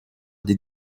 des